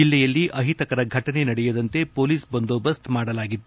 ಜಿಲ್ಲೆಯಲ್ಲಿ ಅಟಿತಕರ ಘಟನೆ ನಡೆಯದಂತೆ ಮೊಲೀಸ್ ಬಂದೋಬಸ್ತ್ ಮಾಡಲಾಗಿತ್ತು